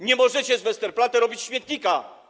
Nie możecie z Westerplatte robić śmietnika!